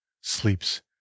sleeps